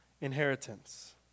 inheritance